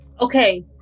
okay